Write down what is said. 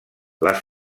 les